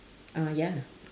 ah ya